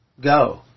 Go